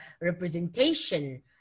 representation